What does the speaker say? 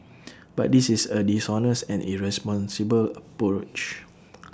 but this is A dishonest and irresponsible approach